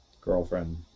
girlfriend